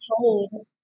told